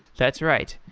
that's right.